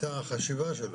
או.